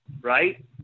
right